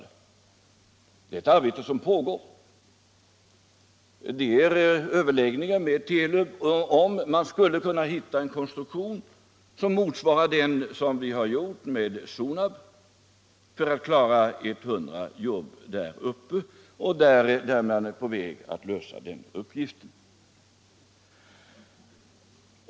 Det är ett arbete som bedrivs. Överläggningar pågår med Telub om huruvida man skulle kunna hitta en konstruktion som motsvarar den som vi gjorde vid Sonab i Lövånger för att klara 100 jobb där uppe — där är man på väg att lösa den uppgiften.